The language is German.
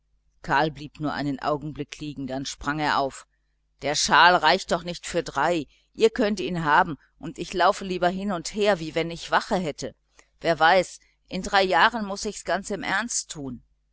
karl blieb nur einen augenblick liegen dann sprang er auf der schal reicht doch nicht für drei ihr könnt ihn haben und ich laufe lieber hin und her wie wenn ich wache hätte wer weiß in drei jahren muß ich's ganz im ernst tun